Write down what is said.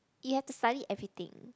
you have to study everything